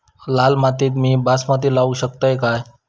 लाल मातीत मी बासमती लावू शकतय काय?